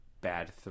bad